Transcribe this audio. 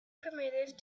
primitive